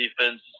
defense